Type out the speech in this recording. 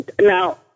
Now